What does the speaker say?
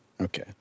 Okay